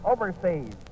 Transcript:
overseas